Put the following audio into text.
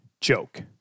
joke